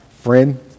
Friend